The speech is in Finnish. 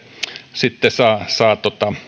sitten saa saa